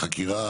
חקירה.